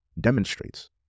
demonstrates